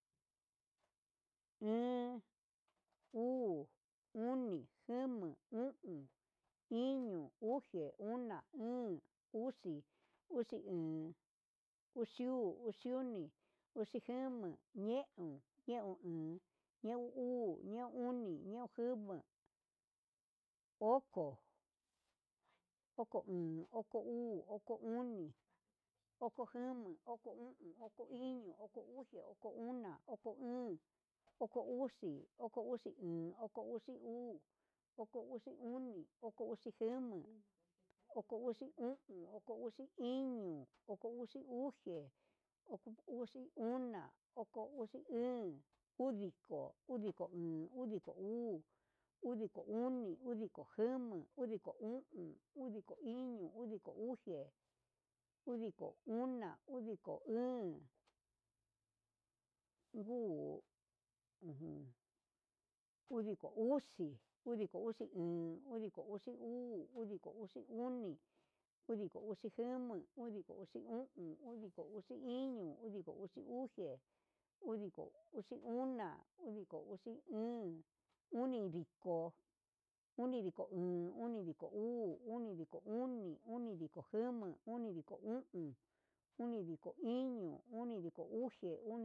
Een, uu, oni, jama, o'on, iño, uxe, ona, óón, uxi, uxi een, uxi uu, uxi oni, uxi jama, ñeun, ñeun een, ñeun uu, ñeun oni, ñeun jama, oko, oko een, oko uu, oko oni, oko jama, oko o'on, oko iño, oko uxe, oko oña, oko óón, oko uxi, oko xui een, oko uxi uu, oko uxi oni, oko uxi jama, oko uxi o'on, oko uxi iño, oko uxi uxe, oko uxi ona, oko uxi óón, udiko, udiko een, udiko uu, udiko oni, udiko jama, udiko o'on, udiko iño, udiko uxe, udiko óón ngu ujun, udiko uxi, udiko uxi een, udiko uxi oni, udiko uxi jama, udiko uxi o'on, udiko uxi iño, udiko uxi uxe, udiko uxi ona, udiko uxi óón, unidiko, unidiko een, unidiko uu, unidiko oni, unidiko jama, unidiko o'on, unidiko iño, unidilo uxe. unidilo